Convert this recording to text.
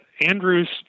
Andrews